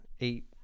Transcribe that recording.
eight